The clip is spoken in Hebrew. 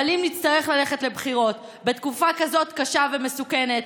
אבל אם נצטרך ללכת לבחירות בתקופה כזאת קשה ומסוכנת,